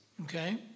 Okay